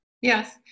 Yes